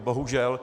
Bohužel.